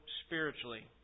spiritually